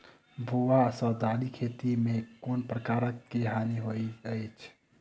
भुआ सँ दालि खेती मे केँ प्रकार केँ हानि होइ अछि?